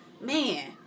man